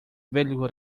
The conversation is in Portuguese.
velho